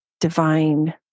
divine